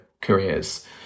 careers